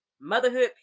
motherhood